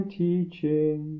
teaching